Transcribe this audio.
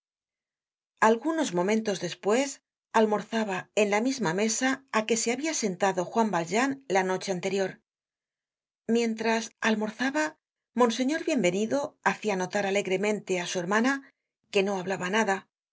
algunos momentos despues almorzaba en la misma mesa á que se habia sentado juan valjean la noche anterior mientras almorzaba monseñor bienvenido hacia notar alegremente á su hermana que no hablaba nada